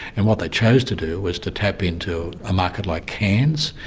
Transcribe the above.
and what they chose to do was to tap into a market like cairns,